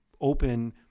open